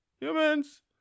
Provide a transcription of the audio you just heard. humans